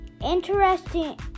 Interesting